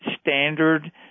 standard